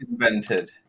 invented